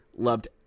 Loved